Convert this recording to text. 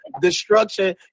Destruction